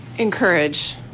encourage